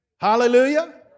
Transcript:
Hallelujah